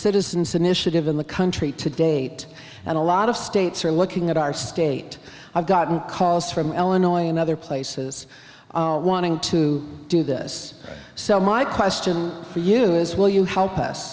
citizens an issue given the country to date and a lot of states are looking at our state i've gotten calls from eleanor in other places wanting to do this so my question for you is will you help us